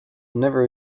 never